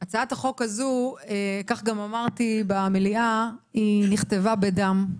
הצעת החוק הזו, וכך גם אמרתי במליאה, נכתבה בדם.